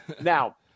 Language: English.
Now